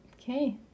Okay